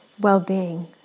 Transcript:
well-being